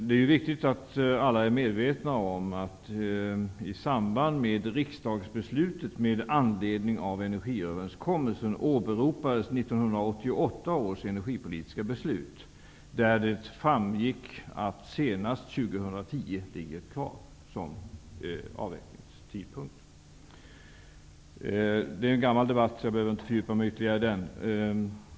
Det är viktigt att alla är medvetna om att i samband med riksdagsbeslutet med anledning av energiöverenskommelsen åberopades 1988 års energipolitiska beslut, där det framgick att 2010 ligger kvar som senaste avvecklingstidpunkt. Det är en gammal debatt, och jag behöver inte fördjupa mig ytterligare i den.